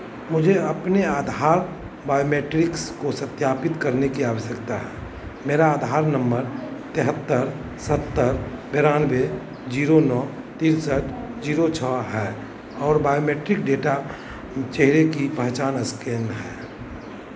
मुझे अपने आधार बायोमेट्रिक्स को सत्यापित करने की आवश्यकता है मेरा आधार नंबर तिहत्तर सत्तर बिरानबे जीरो नौ तिरसठ जीरो छः है और बायोमेट्रिक डेटा चेहरे की पहचान स्कैन है